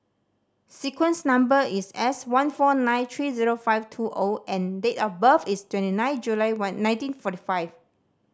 sequence number is S one four nine three zero five two O and date of birth is twenty nine July one nineteen forty five